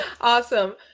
awesome